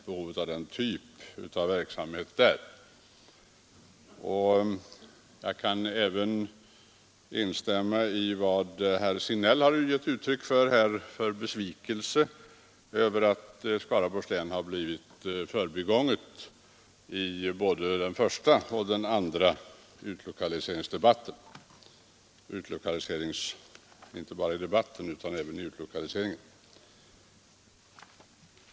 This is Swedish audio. Likaså kan jag instämma i den besvikelse som herr Signell givit uttryck för över att Skaraborgs län har blivit förbigånget i både den första och den andra utlokaliseringsetappen.